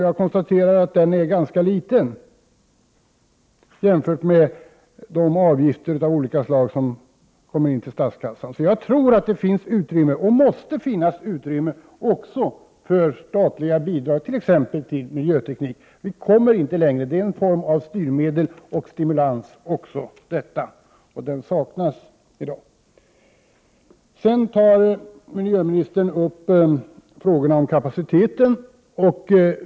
Jag konstaterar att den är ganska mager i förhållande till de avgifter av olika slag som går till statskassan. Jag tror alltså att det finns och måste finnas utrymme också för statliga bidrag, t.ex. till miljöteknik. Vi kommer inte längre. Också detta är en form av styrmedel och stimulans, som i dag saknas. Miljöministern tog också upp frågorna om kapaciteten.